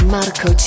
Marco